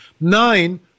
nine